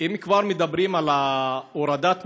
אם כבר מדברים על הורדת מסים,